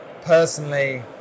personally